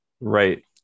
right